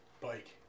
Bike